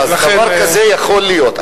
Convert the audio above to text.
אז דבר כזה יכול להיות.